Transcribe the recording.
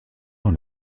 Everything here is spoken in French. dans